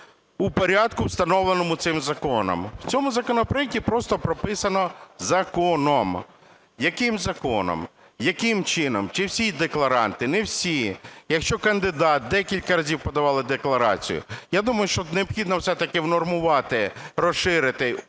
у порядку, встановленому цим законом. В цьому законопроекті просто прописано "законом". Яким законом, яким чином? Чи всі декларанти, не всі, якщо кандидат декілька разів подавав декларацію? Я думаю, що необхідно все-таки внормувати, розширити,